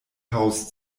house